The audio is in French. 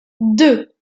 deux